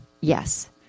yes